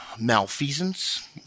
malfeasance